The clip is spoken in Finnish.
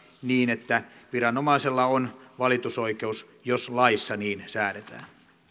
niin että viranomaisella on valitusoikeus jos laissa niin säädetään